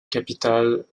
capitale